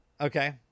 Okay